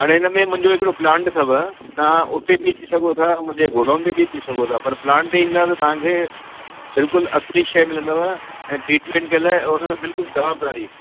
हाणे हिन में मुंहिंजो हिकिड़ो प्लांट अथव तव्हां उते बि अची सघो था मुंहिंजे गोडाउन में बि अची सघो था पर प्लांट ते ईंदा त तव्हांखे बिल्कुलु असली शइ मिलंदव ऐं ट्रीटमेंट कयलु ऐं उन में बिल्कुलु जवाबदारी